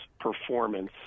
performance